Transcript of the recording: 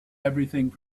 everything